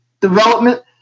development